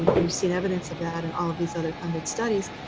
we've seen evidence of that in all of these other funded studies.